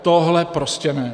Tohle prostě ne.